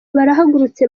barahagurutse